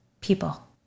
people